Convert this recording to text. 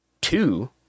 two